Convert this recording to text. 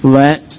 let